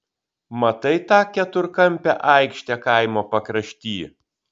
matai tą keturkampę aikštę kaimo pakrašty